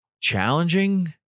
challenging